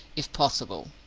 if possible.